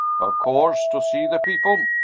of course to see the people!